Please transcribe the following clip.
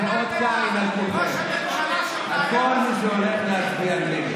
את זה אותנו לימדו, ש-100% זה יותר מ-60%.